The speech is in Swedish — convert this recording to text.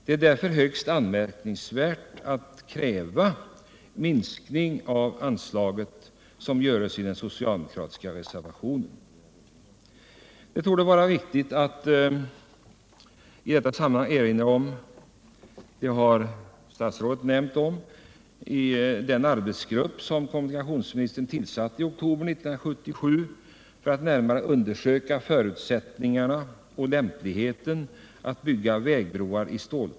Det är därför högst anmärkningsvärt att kräva minskning av anslaget, vilket görs i den socialdemokratiska reservationen. Det torde vara riktigt att i detta sammanhang erinra om — och statsrådet har omnämnt detta — den arbetsgrupp som kommunikationsministern tillsatte i oktober 1977 för att närmare undersöka förutsättningarna för och lämpligheten av att bygga vägbroar av stål.